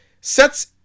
sets